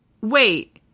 Wait